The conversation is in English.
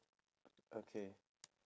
okay